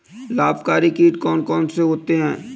लाभकारी कीट कौन कौन से होते हैं?